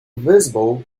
visible